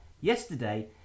yesterday